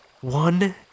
one